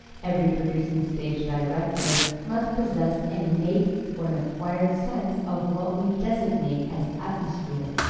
every producing stage director must possess an innate or an acquired sense of what we designate as atmosphere,